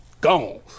Gone